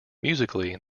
musically